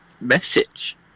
message